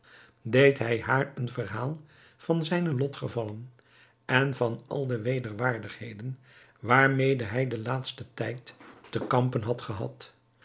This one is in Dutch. deed hij haar een verhaal van zijne lotgevallen en van al de wederwaardigheden waarmede hij den laatsten tijd te kampen had gehad